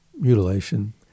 mutilation